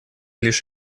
лишь